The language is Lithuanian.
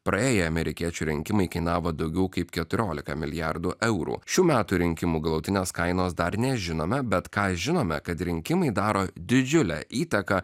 praėję amerikiečių rinkimai kainavo daugiau kaip keturiolika milijardų eurų šių metų rinkimų galutinės kainos dar nežinome bet ką žinome kad rinkimai daro didžiulę įtaką